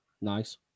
nice